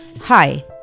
Hi